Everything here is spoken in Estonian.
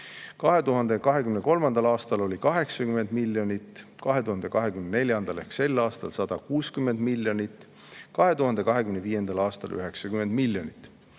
2023. aastal oli 80 miljonit, 2024. ehk sel aastal on 160 miljonit, 2025. aastal 90 miljonit.